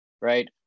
right